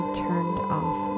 turned-off